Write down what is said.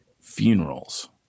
funerals